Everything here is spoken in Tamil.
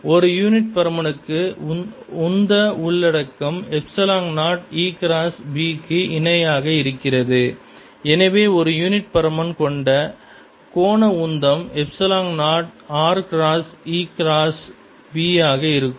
ஒரு யூனிட் பருமனுக்கு உந்த உள்ளடக்கம் எப்ஸிலான் 0 E கிராஸ் B க்கு இணையாக இருக்கிறது எனவே ஒரு யூனிட் பருமன் கொண்ட கோண உந்தம் epsilon 0 r cross E cross B ஆக இருக்கும்